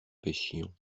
pêchions